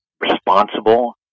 responsible